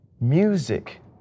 Music